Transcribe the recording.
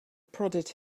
prodded